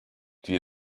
die